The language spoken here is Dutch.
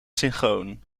synchroon